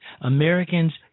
Americans